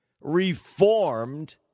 reformed